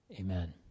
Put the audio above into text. amen